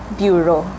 bureau